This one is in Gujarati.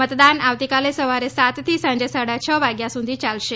મતદાન આવતીકાલે સવારે સાતથી સાંજે સાડા છ વાગ્યા સુધી યાલશે